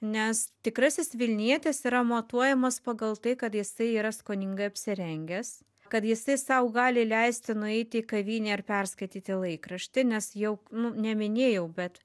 nes tikrasis vilnietis yra matuojamas pagal tai kad jisai yra skoningai apsirengęs kad jisai sau gali leisti nueiti į kavinę ar perskaityti laikraštį nes jau nu neminėjau bet